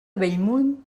bellmunt